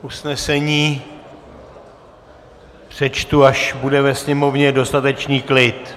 Usnesení přečtu, až bude ve Sněmovně dostatečný klid.